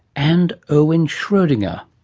and erwin schrodinger?